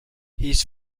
his